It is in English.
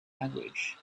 language